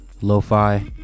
lo-fi